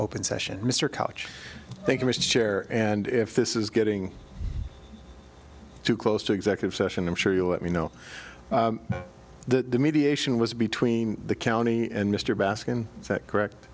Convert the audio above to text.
open session mr couch thank you his chair and if this is getting too close to executive session i'm sure you'll let me know the mediation was between the county and mr baskin is that correct